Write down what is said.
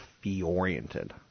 fee-oriented